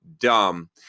dumb